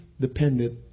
dependent